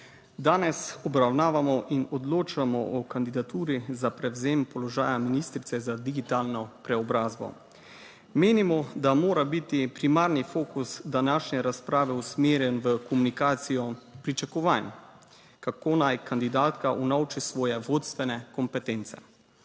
Danes obravnavamo in odločamo o kandidaturi za prevzem položaja ministrice za digitalno preobrazbo. Menimo, da mora biti primarni fokus današnje razprave usmerjen v komunikacijo pričakovanj, kako naj kandidatka unovči svoje vodstvene kompetence.